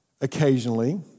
occasionally